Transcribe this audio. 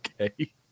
Okay